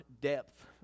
depth